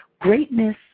Greatness